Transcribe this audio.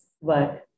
work